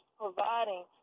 providing